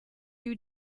you